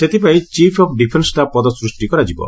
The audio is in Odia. ସେଥିପାଇଁ ଚିଫ ଅଫ ଡିଫେନ୍ସ ଷ୍ଟାପ୍ ପଦ ସୂଷ୍ଟି କରାଯିବ